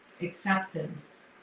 acceptance